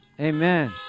Amen